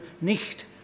nicht